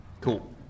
Cool